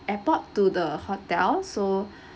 airport to the hotel so